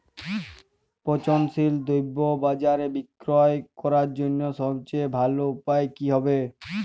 পচনশীল দ্রব্য বাজারে বিক্রয় করার জন্য সবচেয়ে ভালো উপায় কি হবে?